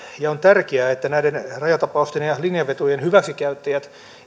ja on tärkeää että näiden rajatapausten ja linjanvetojen hyväksikäyttäjät